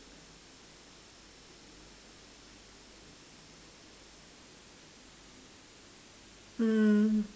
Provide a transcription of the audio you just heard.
mm